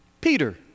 Peter